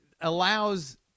allows